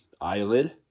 eyelid